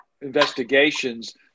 investigations